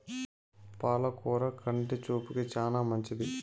పాల కూర కంటి చూపుకు చానా మంచిది